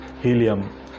helium